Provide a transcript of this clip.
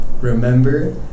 remember